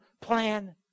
plan